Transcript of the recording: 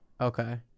Okay